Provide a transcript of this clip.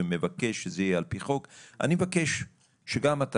ומבקש שזה